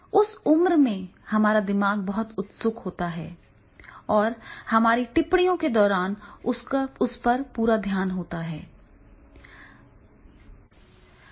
उस उम्र में हमारा दिमाग बहुत उत्सुक होता है और हमारा पूरा ध्यान टिप्पणियों पर होता है